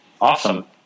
Awesome